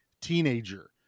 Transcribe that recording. teenager